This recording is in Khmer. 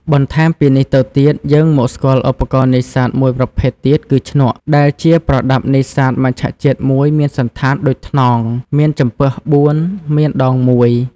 បន្ថែមពីនេះទៅទៀត យើងមកស្គាល់ឧបករណ៍នេសាទមួយប្រភេទទៀតគឺ ឈ្នក់ ដែលជាប្រដាប់នេសាទមច្ឆជាតិមួយមានសណ្ឋានដូចថ្នង មានចំពាស់៤ មានដង១។